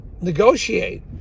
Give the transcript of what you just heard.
negotiate